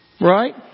Right